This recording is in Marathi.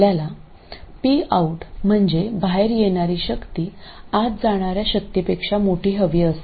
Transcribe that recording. आपल्याला Pout म्हणजे बाहेर येणारी शक्ती आत जाणाऱ्या शक्तीपेक्षा मोठी हवी असते